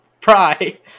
pry